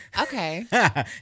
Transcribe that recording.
Okay